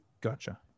Gotcha